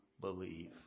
believe